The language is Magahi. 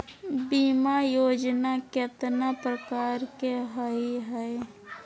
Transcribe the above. बीमा योजना केतना प्रकार के हई हई?